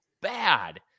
bad